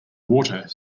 water